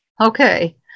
okay